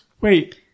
Wait